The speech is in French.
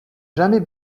jamais